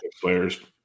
players